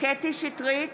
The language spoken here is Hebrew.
קטי קטרין שטרית,